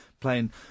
playing